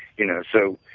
you know. so,